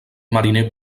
mariner